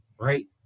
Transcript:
right